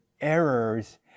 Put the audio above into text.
errors